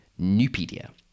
Newpedia